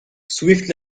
swiftly